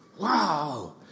Wow